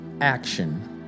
action